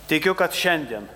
tikiu kad šiandien